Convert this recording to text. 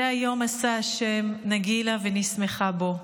זה היום עשה ה' נגילה ונשמחה בו.